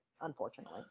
unfortunately